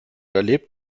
erlebt